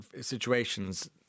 situations